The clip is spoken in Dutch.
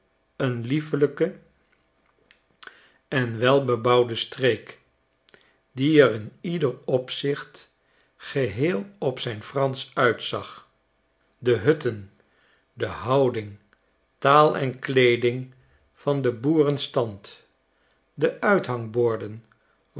een liefelijke en welbebouwde streek die er in ieder opzicht geheel op zijn fransch uitzag de hutten de houding taal en kleeding van den boerenstand de uithangborden